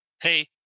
hey